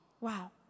wow